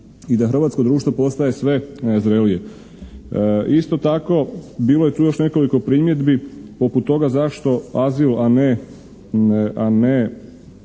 i da hrvatsko društvo postaje sve zrelije. Isto tako bilo je tu još nekoliko primjedbi poput toga zašto azil, a ne,